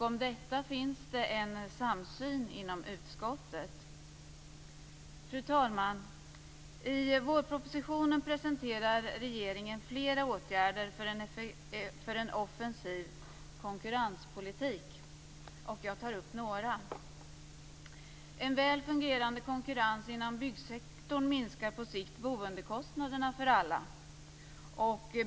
Om detta finns det en samsyn i utskottet. Fru talman! I vårpropositionen presenterar regeringen flera åtgärder för en offensiv konkurrenspolitik. Jag tar upp några. En väl fungerande konkurrens inom byggsektorn minskar på sikt boendekostnaderna för alla.